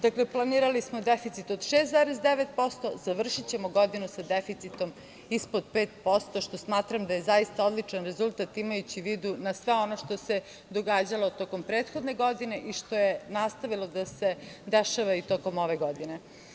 Dakle, planirali smo deficit od 6,9%, a završićemo sa deficitom ispod 5%, što smatram da je zaista odličan rezultat, imajući u vidu i sve ono što se događalo u toku prethodne godine i što je nastavilo da se dešava i tokom ove godine.